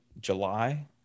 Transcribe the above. July –